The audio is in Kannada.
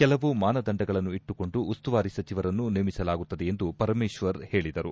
ಕೆಲವು ಮಾನದಂಡಗಳನ್ನು ಇಟ್ಟುಕೊಂಡು ಉಸ್ತುವಾರಿ ಸಚಿವರನ್ನು ನೇಮಿಸಲಾಗುತ್ತದೆ ಎಂದು ಪರಮೇಶ್ವರ್ ಹೇಳಿದರು